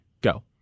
go